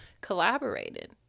collaborated